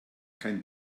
kein